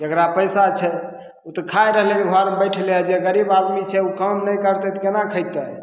जेकरा पैसा छै उ तऽ खाइ रहलय हन घरमे बैठले जे गरीब आदमी छै उ काम नहि करतय तऽ केना खेतय